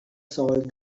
sold